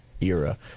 era